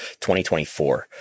2024